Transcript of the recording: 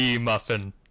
muffin